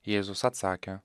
jėzus atsakė